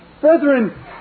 Brethren